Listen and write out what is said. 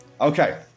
Okay